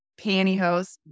pantyhose